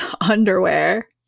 underwear